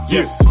Yes